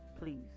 please